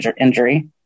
injury